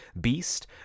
Beast